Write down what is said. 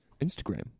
Instagram